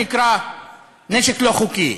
שנקרא נשק לא חוקי.